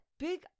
Big